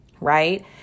right